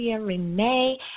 Renee